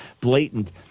blatant